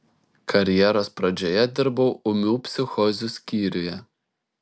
karjeros pradžioje dirbau ūmių psichozių skyriuje